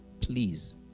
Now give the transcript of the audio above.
Please